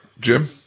Jim